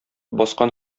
баскан